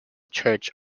church